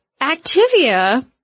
Activia